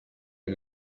iyi